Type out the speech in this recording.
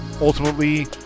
ultimately